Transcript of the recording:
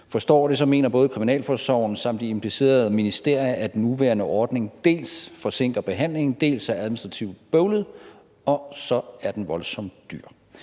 forstår det, mener både Kriminalforsorgen samt de implicerede ministerier, at den nuværende ordning dels forsinker behandlingen, dels er administrativt bøvlet. Og så er den voldsomt dyr.